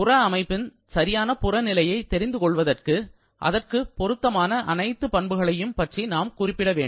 புறா அமைப்பின் சரியான புற நிலையை தெரிந்து கொள்வதற்கு அதற்குப் பொருத்தமான அனைத்து பண்புகளையும் பற்றி நாம் குறிப்பிட வேண்டும்